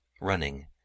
running